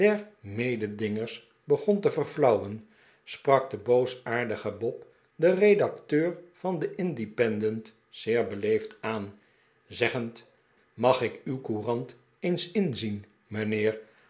mededingers begon te verflauwen sprak de boosaardige bob den redacteur van den independent zeer beleefd aan zeggend mag ik uw courant eens inzien